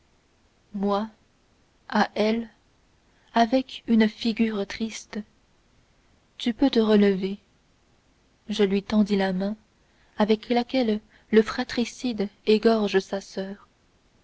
moi à elle avec une figure triste tu peux te relever je lui tendis la main avec laquelle le fratricide égorge sa soeur